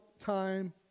time